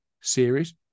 series